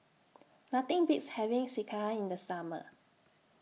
Nothing Beats having Sekihan in The Summer